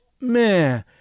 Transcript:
meh